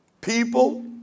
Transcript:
people